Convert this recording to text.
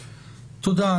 תודה.